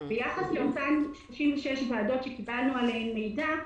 ביחס לאותן 66 ועדות שקיבלנו עליהן מידע,